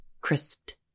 crisped